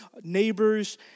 neighbors